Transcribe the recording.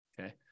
okay